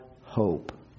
hope